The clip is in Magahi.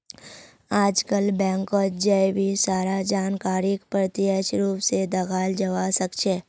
आजकल बैंकत जय भी सारा जानकारीक प्रत्यक्ष रूप से दखाल जवा सक्छे